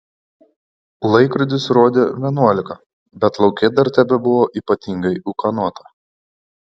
laikrodis rodė vienuolika bet lauke dar tebebuvo ypatingai ūkanota